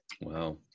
Wow